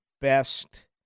best